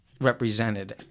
represented